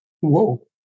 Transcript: whoa